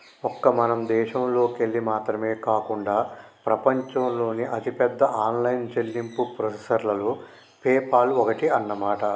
ఒక్క మన దేశంలోకెళ్ళి మాత్రమే కాకుండా ప్రపంచంలోని అతిపెద్ద ఆన్లైన్ చెల్లింపు ప్రాసెసర్లలో పేపాల్ ఒక్కటి అన్నమాట